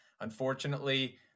Unfortunately